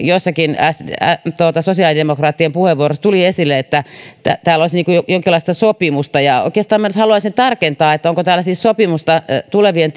joissakin sosiaalidemokraattien puheenvuoroissa tuli esille että täällä olisi jonkinlaista sopimusta oikeastaan minä haluaisin nyt tarkentaa onko täällä siis sopimusta tulevien